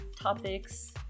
topics